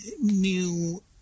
new